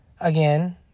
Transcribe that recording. Again